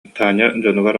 дьонугар